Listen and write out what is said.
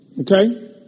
Okay